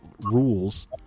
rules